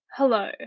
Hello